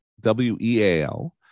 W-E-A-L